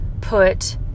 put